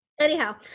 Anyhow